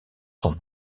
son